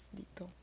dito